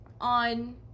on